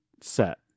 set